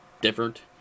different